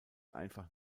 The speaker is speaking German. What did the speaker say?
einfach